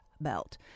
belt